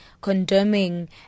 condemning